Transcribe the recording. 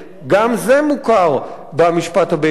גם זה מוכר במשפט הבין-לאומי.